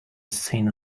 scene